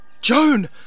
Joan